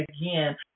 again